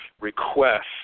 request